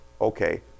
okay